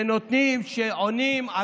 אתה בושה לטוניסאים,